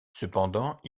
cependant